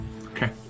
Okay